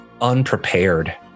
unprepared